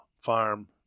farm